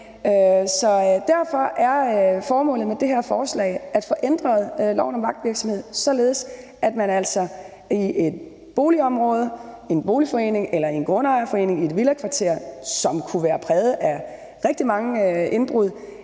derfor er formålet med det her forslag at få ændret loven om vagtvirksomhed, således at man altså i et boligområde, i en boligforening, i en grundejerforening eller i et villakvarter, som kunne være præget af rigtig mange indbrud,